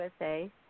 USA